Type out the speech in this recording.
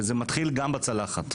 וזה מתחיל גם בצלחת.